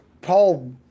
Paul